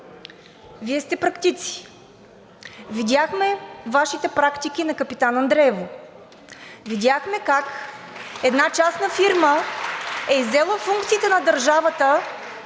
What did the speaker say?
Вие сте практици. Видяхме Вашите практики на Капитан Андреево. Видяхме как една частна фирма е иззела функциите на държавата